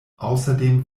außerdem